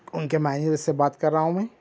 اُن کے منیجر سے بات کر رہا ہوں میں